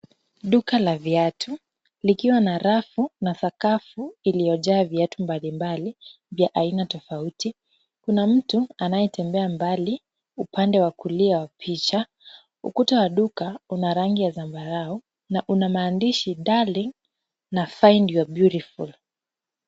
Duka la viatu, likiwa na rafu na sakafu iliyojaa viatu mbalimbali vya aina tofauti. Kuna mtu anayetembea mbali upande wa kulia wa picha. Ukuta wa duka una rangi ya zambarawe na una maandishi Darling na Find your beautiful.